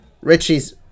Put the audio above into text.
Richie's